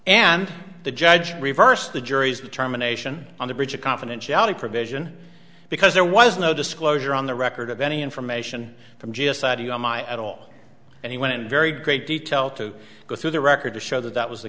and the judge reversed the jury's determination on the breach of confidentiality provision because there was no disclosure on the record of any information from just audio on my at all and he went in very great detail to go through the record to show that that was the